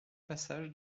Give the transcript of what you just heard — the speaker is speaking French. passage